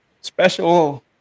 special